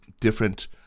different